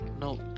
No